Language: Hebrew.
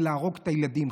להרוג את הילדים,